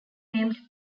named